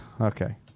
Okay